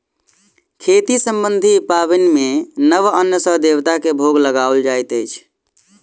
खेती सम्बन्धी पाबनि मे नव अन्न सॅ देवता के भोग लगाओल जाइत अछि